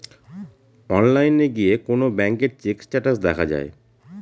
অনলাইনে গিয়ে কোন ব্যাঙ্কের চেক স্টেটাস দেখা যায়